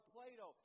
Plato